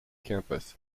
campus